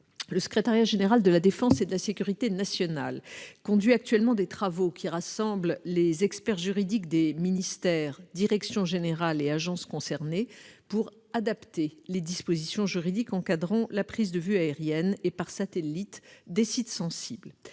le Secrétariat général de la défense et de la sécurité nationale conduit actuellement des travaux qui rassemblent les experts juridiques des ministères, directions générales et agences concernés pour adapter les dispositions juridiques encadrant la prise de vue aérienne et par satellite des sites sensibles.